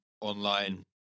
online